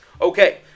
Okay